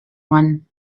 one